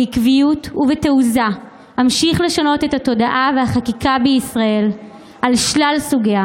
בעקביות ובתעוזה אמשיך לשנות את התודעה והחקיקה בישראל על שלל סוגיה